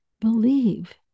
Believe